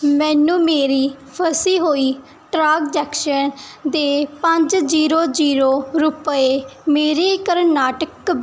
ਮੈਨੂੰ ਮੇਰੀ ਫਸੀ ਹੋਈ ਟ੍ਰਾਂਕਜੈਕਸ਼ਨ ਦੇ ਪੰਜ ਜੀਰੋ ਜੀਰੋ ਰੁਪਏ ਮੇਰੇ ਕਰਨਾਟਕ